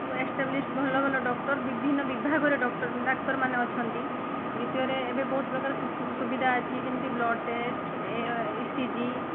established ଭଲ ଭଲ doctor ବିଭିନ୍ନ ବିଭାଗର ଡକ୍ଚର୍ ଡାକ୍ତରମାନେ ଅଛନ୍ତି ଦ୍ୱିତୀୟରେ ଏବେ ବହୁତ ପ୍ରକାର ସୁବିଧା ଅଛି ଯେମିତି blood test E C G